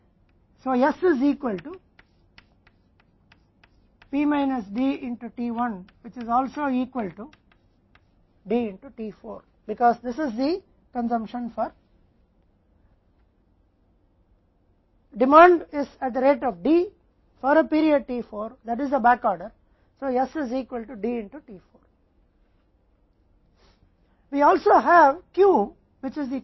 इसलिए s T 1 में P minus D के बराबर है जो T 4 में D के बराबर भी है क्योंकि यह मांग के लिए खपत है D की दर पर t 4 की अवधि है जो कि बैकऑर्डर है इसलिए s t 4 में D के बराबर है